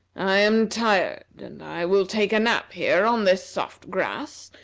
i am tired, and i will take a nap here on this soft grass,